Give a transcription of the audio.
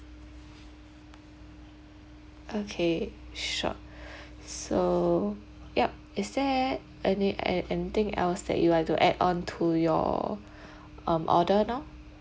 okay sure so yup is there any add anything else that you like to add on to your um order now